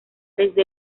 desde